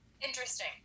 interesting